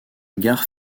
gare